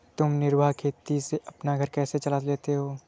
तुम निर्वाह खेती से अपना घर कैसे चला लेते हो?